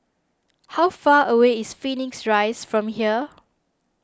how far away is Phoenix Rise from here